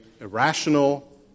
irrational